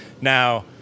Now